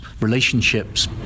relationships